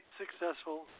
successful